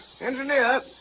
Engineer